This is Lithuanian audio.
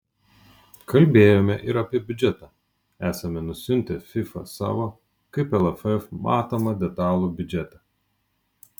kalbėjome ir apie biudžetą esame nusiuntę fifa savo kaip lff matomą detalų biudžetą